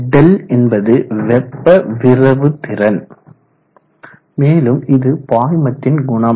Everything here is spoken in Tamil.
δ என்பது வெப்ப விரவுதிறன் மேலும் இது பாய்மத்தின் குணம்